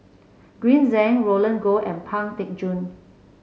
Green Zeng Roland Goh and Pang Teck Joon